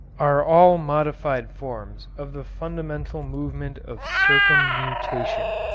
are all modified forms of the fundamental movement of circumnutation.